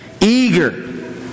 eager